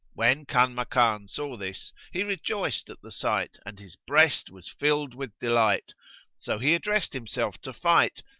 when kanmakan saw this, he rejoiced at the sight and his breast was filled with delight so he addressed himself to fight,